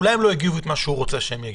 אולי הם לא אמרו את מה שהוא רוצה שהם יגידו?